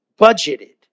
budgeted